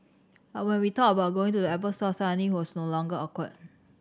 but when we thought about going to the Apple store suddenly he was no longer awkward